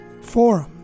Forum